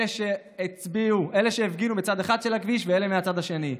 לאלה שהפגינו בצד אחד של הכביש ואלה מהצד השני,